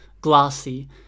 glassy